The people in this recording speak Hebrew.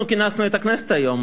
לא אנחנו כינסנו את הכנסת היום.